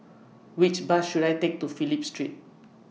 Which Bus should I Take to Phillip Street